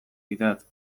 idatz